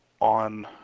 On